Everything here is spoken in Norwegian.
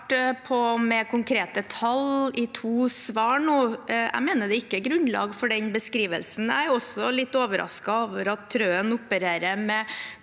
har svart på med konkrete tall i to svar nå. Jeg mener det ikke er grunnlag for den beskrivelsen. Jeg er også litt overrasket over at Trøen opererer med